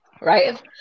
right